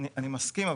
אני מסכים,